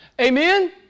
Amen